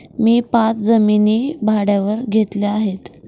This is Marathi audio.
मी पाच जमिनी भाड्यावर घेतल्या आहे